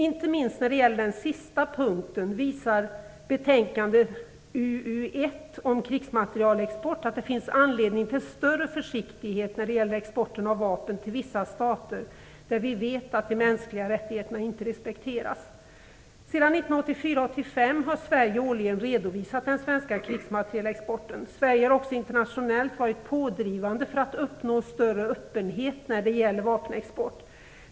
Inte minst när det gäller den sista punkten visar betänkande UU1 om krigsmaterielexport att det finns anledning till större försiktighet i fråga om exporten av vapen till vissa stater där vi vet att de mänskliga rättigheterna inte respekteras. Sedan 1984/1985 har Sverige årligen redovisat den svenska krigsmaterielexporten. Sverige har också internationellt varit pådrivande för att uppnå större öppenhet när det gäller vapenexport.